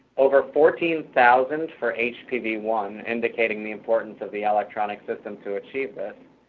over fourteen thousand for h p v one, indicating the importance of the electronic system to achieve that,